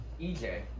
EJ